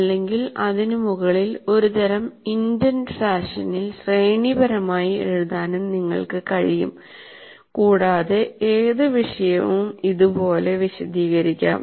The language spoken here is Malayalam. അല്ലെങ്കിൽ അതിനുമുകളിൽഒരുതരം ഇൻഡന്റ് ഫാഷനിൽ ശ്രേണിപരമായി എഴുതാൻ നിങ്ങൾക്കും കഴിയും കൂടാതെ ഏത് വിഷയവും ഇതുപോലെ വിശദീകരിക്കാം